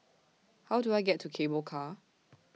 How Do I get to Cable Car